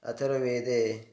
अथर्ववेदे